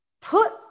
put